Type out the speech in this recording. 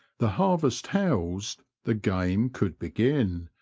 the harvest housed the game could begin,